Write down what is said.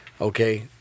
okay